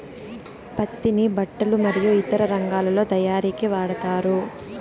పత్తిని బట్టలు మరియు ఇతర రంగాలలో తయారీకి వాడతారు